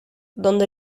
donde